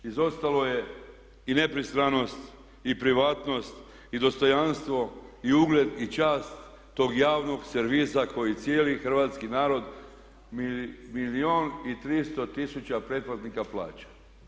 Izostalo je i nepristranost i privatnost i dostojanstvo i ugled i čast tog javnog servisa koji cijeli hrvatskih narod, milijun i 300 tisuća pretplatnika plaća.